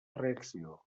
reacció